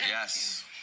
Yes